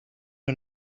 who